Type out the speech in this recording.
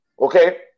okay